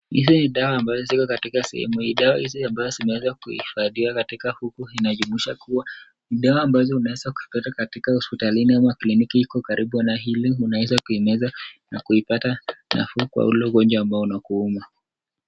Hizi ni dawa ambazo ziko katika sehemu hii, dawa hizi ambazo zimeweza kuhifadhi katika huku inajumuisha kuwa ni dawa ambazo unaweza kuipata katika hosipitalini ama kliniki iko karibu na hili. Unaweza kuimeza na kuipata nafuu kwa ule ugonjwa ambalo unakuuma.